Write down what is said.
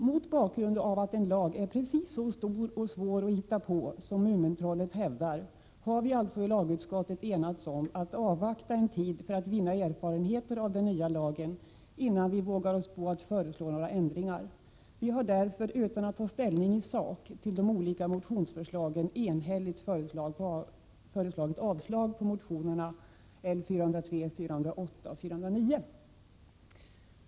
Mot bakgrund av att en lag är precis så stor och svår att hitta på som Mumintrollet hävdar har vi alltså i lagutskottet enats om att avvakta en tid för att vinna erfarenheter av den nya lagen innan vi vågar oss på att föreslå några ändringar. Vi har därför, utan att ta ställning i sak till de olika motionsförslagen, enhälligt föreslagit avslag på motionerna L403, L408 och L409.